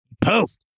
Poof